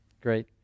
great